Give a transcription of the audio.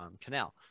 canal